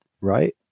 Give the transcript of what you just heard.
right